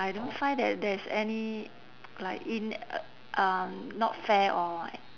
I don't find that there is any like in~ uh not fair or